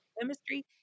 chemistry